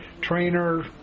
trainer